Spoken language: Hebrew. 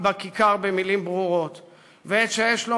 23 רועי פולקמן (כולנו):